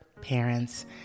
parents